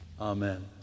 Amen